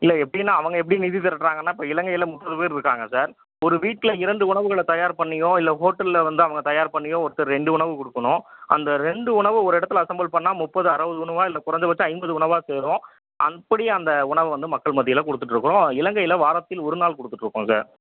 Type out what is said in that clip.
இல்லை எப்படின்னா அவங்க எப்படி நிதி திரட்டுகிறாங்கன்னா இப்போ இலங்கையில் முந்நூறு பேர் இருக்காங்க சார் ஒரு வீட்டில் இரண்டு உணவுகளை தயார் பண்ணியோ இல்லை ஹோட்டலில் வந்து அவங்க தயார் பண்ணியோ ஒருத்தர் ரெண்டு உணவு கொடுக்கணும் அந்த ரெண்டு உணவு ஒரு இடத்துல அசெம்பள் பண்ணால் முப்பது அறுபது உணவாக இல்லை குறைஞ்சப்பட்சம் ஐம்பது உணவாக சேரும் அப்படியே அந்த உணவை வந்து மக்கள் மத்தியில் கொடுத்துட்ருக்கோம் இலங்கையில் வாரத்தில் ஒரு நாள் கொடுத்துட்ருக்கோம் சார்